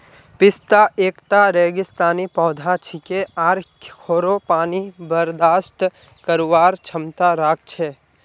पिस्ता एकता रेगिस्तानी पौधा छिके आर खोरो पानी बर्दाश्त करवार क्षमता राख छे